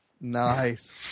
Nice